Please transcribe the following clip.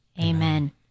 Amen